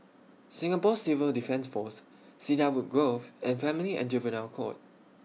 Singapore Civil Defence Force Cedarwood Grove and Family and Juvenile Court